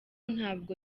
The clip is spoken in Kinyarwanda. ntabwo